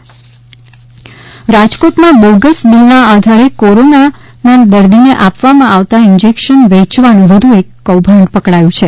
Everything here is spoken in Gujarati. રાજકોટ કોરોના બોગસ બિલ કૌભાંડ રાજકોટમાં બોગસ બિલના આધારે કોરોના ના દર્દીને આપવામાં આવતા ઈન્જેકશન વેચવાનું વધુ એક કૌભાંડ પકડાયું છે